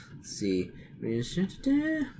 see